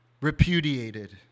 repudiated